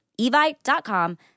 evite.com